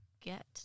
get